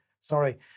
Sorry